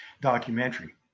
documentary